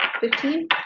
Fifteen